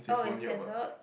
oh it's cancelled